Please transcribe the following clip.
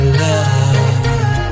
love